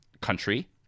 country